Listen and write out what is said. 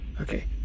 Okay